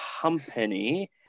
company